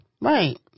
right